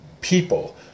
people